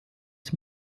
dem